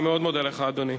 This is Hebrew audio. אני מאוד מודה לך, אדוני.